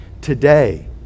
today